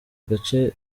agace